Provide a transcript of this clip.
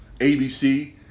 ABC